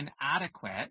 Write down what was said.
inadequate